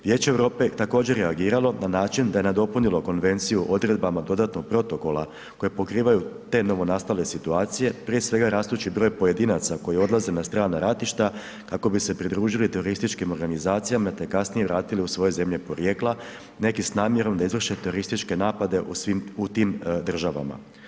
Vijeće Europe također je reagiralo na način da je nadopunilo konvenciju odredbama dodatnog protokola koje pokrivaju te novonastale situacije prije svega rastući broj pojedinaca koji odlaze na strana ratišta kako bi se pridružili terorističkim organizacijama te kasnije vratili u svoje zemlje porijekla, neke s namjernom da izvrše terorističke napade u tim državama.